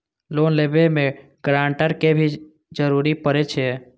Loan लेबे में grantor के भी जरूरी परे छै?